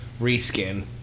reskin